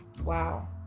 wow